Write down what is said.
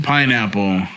Pineapple